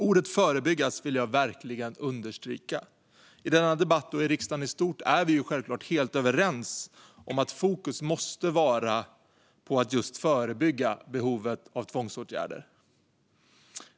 Ordet förebyggas vill jag verkligen understryka. I denna debatt och i riksdagen i stort är vi självfallet helt överens om att fokus måste ligga på att just förebygga behovet av tvångsåtgärder.